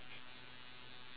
ya